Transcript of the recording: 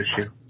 issue